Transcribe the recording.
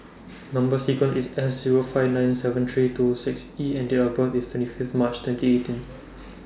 Number sequence IS S Zero five nine seven three two six E and Date of birth IS twenty Fifth March twenty eighteen